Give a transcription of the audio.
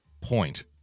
point